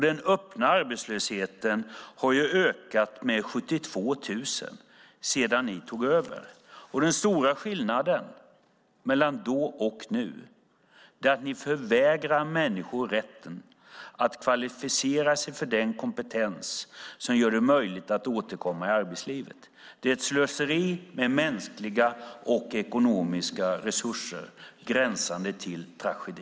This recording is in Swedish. Den öppna arbetslösheten har ökat med 72 000 sedan ni tog över. Den stora skillnaden mellan då och nu är att ni förvägrar människor rätten att kvalificera sig för den kompetens som gör det möjligt för dem att återkomma i arbetslivet. Det är ett slöseri med mänskliga och ekonomiska resurser, gränsande till tragedi.